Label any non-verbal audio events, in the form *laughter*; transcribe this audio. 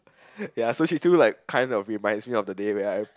*laughs* ya so she still like kind of reminds me of the day where I